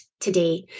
today